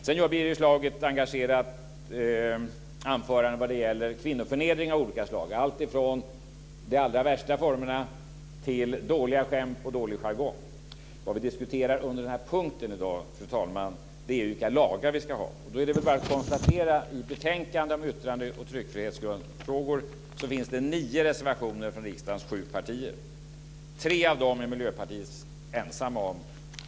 Sedan har Birger Schlaug ett engagerat anförande vad gäller kvinnoförnedring av olika slag, alltifrån de allra värsta formerna till dåliga skämt och dålig jargong. Vad vi diskuterar under den här punkten, fru talman, är vilka lagar vi ska ha. Då är det bara att konstatera att det i betänkandet om yttrande och tryckfrihetsfrågor finns nio reservationer från riksdagens sju partier. Tre av dem är Miljöpartiet ensamma om.